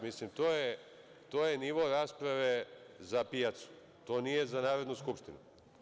Mislim, to je nivo rasprave za pijacu, to nije za Narodnu skupštinu.